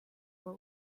war